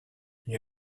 you